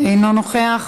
אינו נוכח,